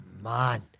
Man